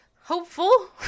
hopeful